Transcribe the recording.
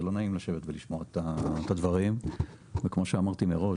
זה לא נעים לשבת פה ולשמוע את הדברים וכמו שאמרתי מראש,